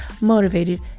motivated